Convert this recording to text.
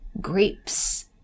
Grapes